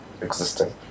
existing